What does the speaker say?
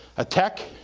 a tech,